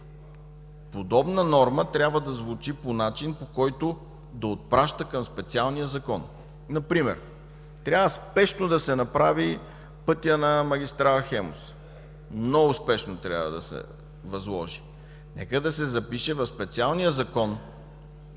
подобна норма трябва да звучи по начин, по който да отпраща към специален закон. Например трябва спешно да се направи пътя на магистрала „Хемус”. Много спешно трябва да се възложи! Нека да се запише в специалния закон,